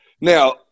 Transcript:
now